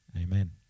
Amen